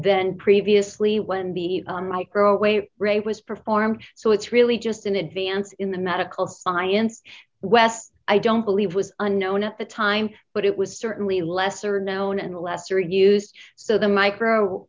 then previously when be microwaved rate was performed so it's really just an advance in the medical science west i don't believe was unknown at the time but it was certainly lesser known and lesser abuse so the micro